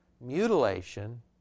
mutilation